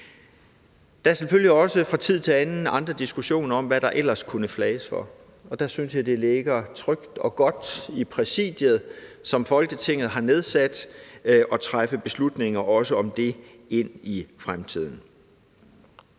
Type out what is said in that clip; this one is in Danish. anden selvfølgelig også andre diskussioner om, hvad der ellers kunne flages for, og der synes jeg det ligger trygt og godt i Præsidiet, som Folketinget har nedsat, at træffe beslutninger om det også ind i fremtiden.